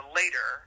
later